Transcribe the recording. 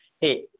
hey